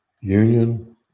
union